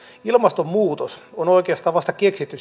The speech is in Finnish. ilmastonmuutos on oikeastaan vasta keksitty